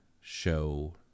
show